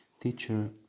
teacher